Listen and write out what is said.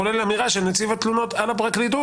כולל אמירה של נציב התלונות על הפרקליטות